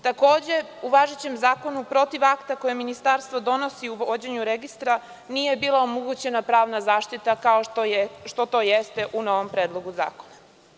Takođe, u važećem zakonu protiv akta koje ministarstvo donosi u vođenju registra, nije bila omogućena pravna zaštita kao što to jeste u novom Predlogu zakona.